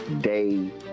day